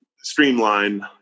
streamline